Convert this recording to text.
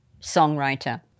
songwriter